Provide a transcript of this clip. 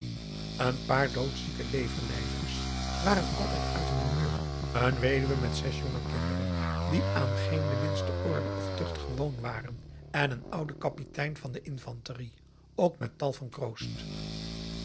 een paar doodzieke leverlijders waren altijd uit hun humeur een weduwe met zes jonge kinderen die aan geen de minste orde of tucht gewoon waren en een oude kapitein van de infanterie ook met tal van kroost